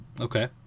Okay